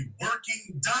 working